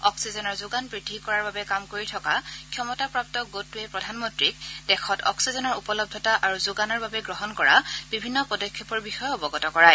অক্সিজেনৰ যোগান বৃদ্ধি কৰাৰ বাবে কাম কৰি থকা ক্ষমতাপ্ৰাপ্ত গোটটোৱে প্ৰধানমন্ত্ৰীক দেশত অক্সিজেনৰ উপলব্ধতা আৰু যোগানৰ বাবে গ্ৰহণ কৰা বিভিন্ন পদক্ষেপৰ বিষয়েও অৱগত কৰায়